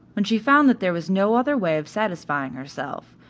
when she found that there was no other way of satisfying herself,